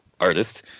artist